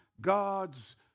God's